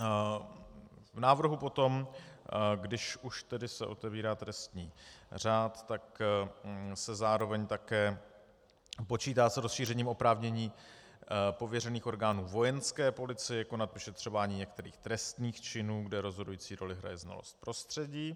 V návrhu potom, když už se otevírá trestní řád, se zároveň také počítá s rozšířením oprávnění pověřených orgánů Vojenské policie konat vyšetřování některých trestných činů, kde rozhodující roli hraje znalost prostředí.